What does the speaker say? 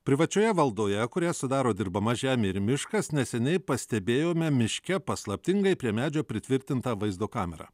privačioje valdoje kurią sudaro dirbama žemė ir miškas neseniai pastebėjome miške paslaptingai prie medžio pritvirtiną vaizdo kamerą